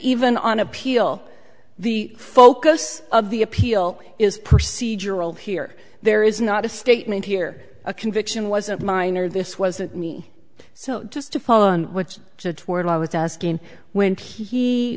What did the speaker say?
even on appeal the focus of the appeal is procedural here there is not a statement here a conviction wasn't mine or this wasn't me so just to follow on which toward i was asking when he